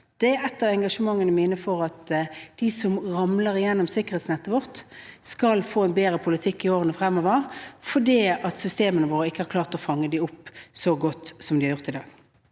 Et av engasjementene mine er at de som ramler gjennom sikkerhetsnettet vårt, skal få en bedre politikk i årene fremover, for systemene våre har ikke klart å fange dem opp så godt som vi skulle ønske